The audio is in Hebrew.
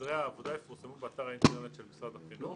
סדרי העבודה יפורסמו באתר האינטרנט של משרד החינוך.